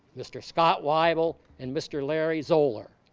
mr. scott wyble, and mr. larry zolar.